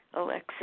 Alexis